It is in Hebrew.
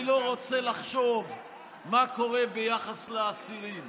אני לא רוצה לחשוב מה קורה ביחס לאסירים.